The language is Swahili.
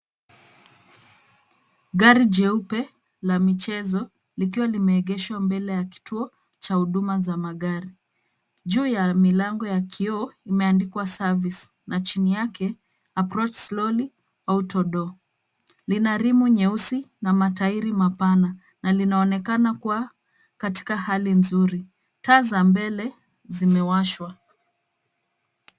Gari jeupe la michezo, likiwa limeegeshwa mbele ya kituo cha huduma za magari. Juu ya milango ya kioo kumeandikwa service na chini yake approach slowly auto door . Lina rimu nyeusi na matairi mapana na linaonekana kuwa katika hali nzuri. Taa za mbele zimewashwa.